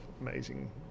amazing